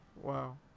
Wow